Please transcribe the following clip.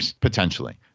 potentially